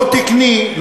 לא תקני,